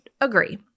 agree